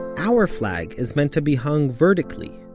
our flag is meant to be hung vertically,